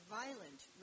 violent